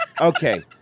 Okay